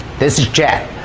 this is jet!